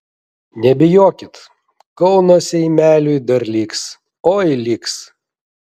nebijokit kauno seimeliui dar liks oi liks